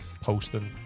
posting